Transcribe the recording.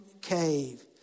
cave